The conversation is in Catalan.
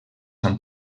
amb